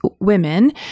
women